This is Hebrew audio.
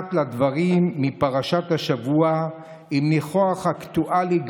מעט לדברים מפרשת השבוע עם ניחוח אקטואלי,